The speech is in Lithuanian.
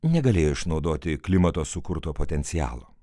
negalėjo išnaudoti klimato sukurto potencialo